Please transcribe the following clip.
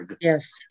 Yes